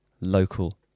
local